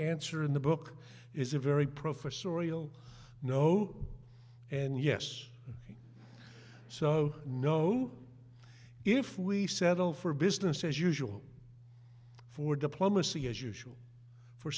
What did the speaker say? answer in the book is a very professorial no and yes so no if we settle for business as usual for diplomacy as usual for